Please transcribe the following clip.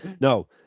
No